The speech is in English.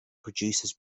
producers